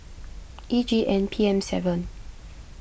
E G N P M seven